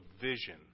vision